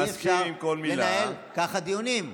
אי-אפשר לנהל ככה דיונים.